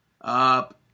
Up